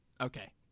Okay